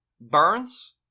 Burns